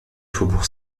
faubourg